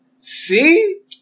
see